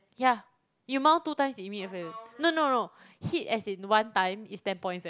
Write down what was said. yah you mount two times you immediate failure no no no hit as in one time it's ten points leh